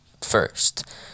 first